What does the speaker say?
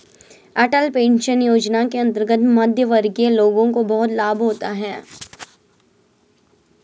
अटल Pension Yojana के अंतर्गत मध्यमवर्गीय लोगों को बहुत लाभ होता है